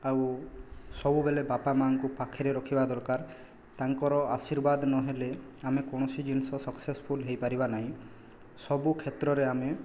ଆଉ ସବୁବେଲେ ବାପା ମାଆଙ୍କୁ ପାଖରେ ରଖିବା ଦରକାର ତାଙ୍କର ଆଶୀର୍ବାଦ ନହେଲେ ଆମେ କୌଣସି ଜିନିଷ ସକ୍ସେସଫୁଲ ହୋଇ ପାରିବା ନାହିଁ ସବୁ କ୍ଷେତ୍ରରେ ଆମେ